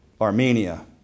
Armenia